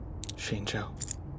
Shinjo